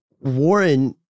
Warren